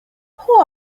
who